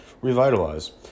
Revitalize